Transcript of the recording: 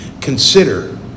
consider